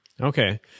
Okay